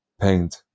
paint